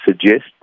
suggest